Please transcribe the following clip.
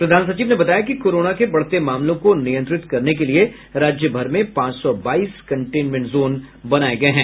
प्रधान सचिव ने बताया कि कोरोना के बढ़ते मामलों को नियंत्रित करने के लिए राज्य भर में पांच सौ बाईस कंटेनमेंट जोन बनाये गये हैं